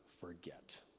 forget